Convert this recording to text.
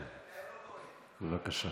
בבקשה.